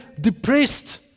depressed